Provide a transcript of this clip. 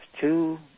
two